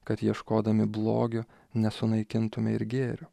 kad ieškodami blogio nesunaikintume ir gėrio